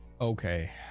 okay